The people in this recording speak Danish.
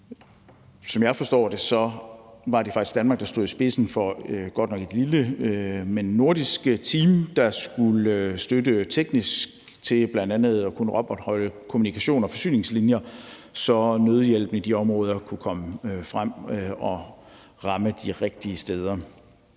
Som jeg forstår det, var det faktisk Danmark, der stod i spidsen for godt nok et lille, men nordisk team, der skulle yde teknisk støtte til bl.a. at kunne opretholde kommunikations- og forsyningslinjer, så nødhjælpen i de områder kunne komme frem og ramme de rigtige steder.